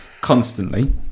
constantly